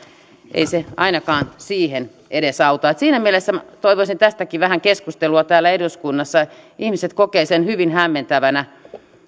ei se ainakaan sitä edesauta siinä mielessä toivoisin tästäkin vähän keskustelua täällä eduskunnassa ihmiset kokevat sen hyvin hämmentävänä